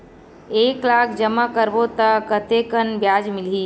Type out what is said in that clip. एक लाख जमा करबो त कतेकन ब्याज मिलही?